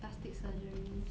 plastic surgery